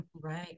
right